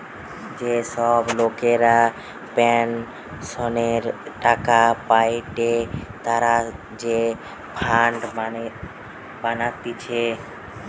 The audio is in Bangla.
যে সব লোকরা পেনসনের টাকা পায়েটে তারা যে ফান্ড বানাতিছে